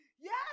Yes